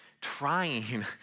trying